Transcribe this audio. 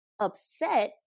upset